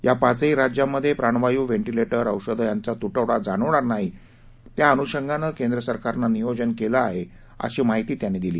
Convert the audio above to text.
या पाचही राज्यांमध्ये प्राणवायू व्हेंटिलेटर औषधं यांचा तुटवडा जाणवणार नाही त्या अनुषंगानं केंद्र सरकारनं नियोजन केलं आहे अशी माहिती त्यांनी दिली